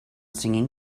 singing